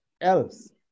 else